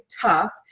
tough